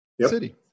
City